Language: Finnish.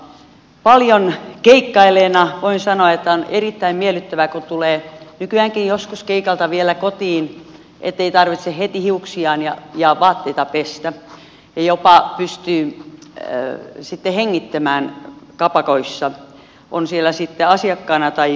paljon keikkailleena voin sanoa että on erittäin miellyttävää kun tulee nykyäänkin joskus keikalta vielä kotiin ettei tarvitse heti hiuksiaan ja vaatteita pestä ja jopa pystyy sitten hengittämään kapakoissa on siellä sitten asiakkaana tai esiintyjänä